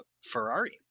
Ferrari